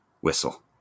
whistle